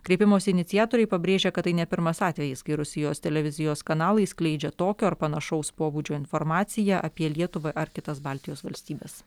kreipimosi iniciatoriai pabrėžia kad tai ne pirmas atvejis kai rusijos televizijos kanalai skleidžia tokio ar panašaus pobūdžio informaciją apie lietuvą ar kitas baltijos valstybes